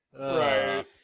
Right